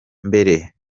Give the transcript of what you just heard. mbere